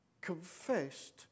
confessed